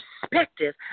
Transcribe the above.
perspective